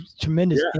tremendous